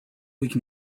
week